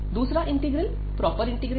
दूसरा integral proper integral है